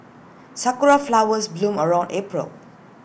Sakura Flowers bloom around April